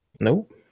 Nope